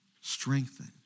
Strengthen